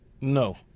No